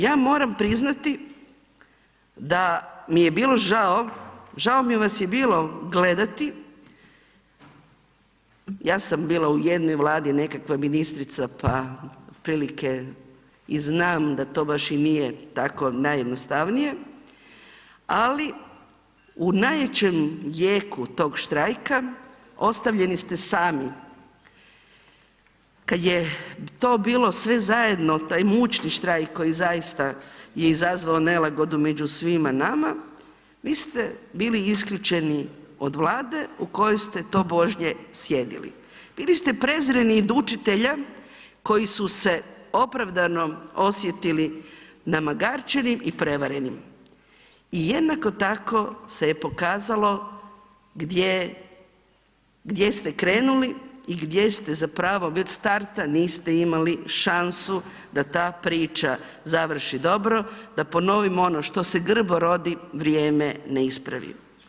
Ja moram priznati da mi je bilo žao, žao mi vas je bilo gledati, ja sam bila u jednoj Vladi nekakva ministrica, pa otprilike i znam da to baš i nije tako najjednostavnije, ali u najvećem jeku tog štrajka ostavljeni ste sami, kad je to bilo sve zajedno, taj mučni štrajk koji zaista je izazvao nelagodu među svima nama, vi ste bili isključeni od Vlade u kojoj ste tobožnje sjedili, bili ste prezreni i od učitelja koji su se opravdano osjetili namagarčenim i prevarenim i jednako tako se je pokazalo gdje, gdje ste krenuli i gdje ste zapravo već od starta niste imali šansu da ta priča završi dobro, da ponovim ono „što se grbo rodi vrijeme ne ispravi“